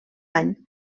any